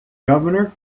governor